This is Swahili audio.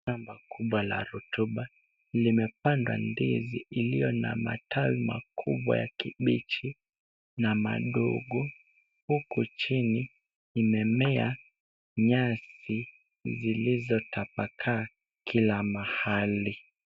Shamba kubwa la rotuba limepandwa ndizi iliyo na matawi makubwa ya kibichi na madogo, huku chini imemea nyasi zilizotapakaa kila mahali.